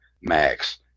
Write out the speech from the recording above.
Max